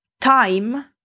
time